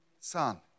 son